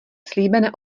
slíbené